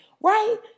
right